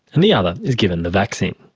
and the other is given the vaccine.